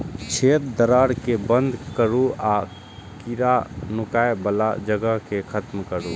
छेद, दरार कें बंद करू आ कीड़ाक नुकाय बला जगह कें खत्म करू